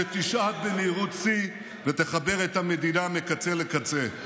שתשעט במהירות שיא ותחבר את המדינה מקצה לקצה.